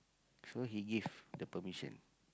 so he give the permission